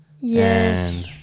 Yes